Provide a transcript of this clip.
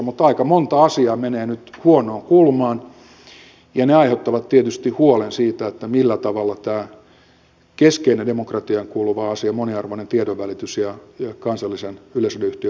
mutta aika monta asiaa menee nyt huonoon kulmaan ja ne aiheuttavat tietysti huolen siitä millä tavalla tämä keskeinen demokratiaan kuuluva asia moniarvoinen tiedonvälitys ja kansallisen yleisradioyhtiön riippumattomuus turvataan